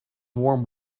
warm